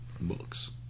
books